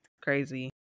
Crazy